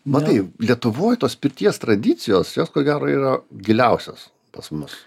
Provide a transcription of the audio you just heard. matai lietuvoj tos pirties tradicijos jos ko gero yra giliausios pas mus